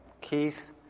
Keith